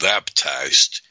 baptized